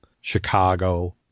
Chicago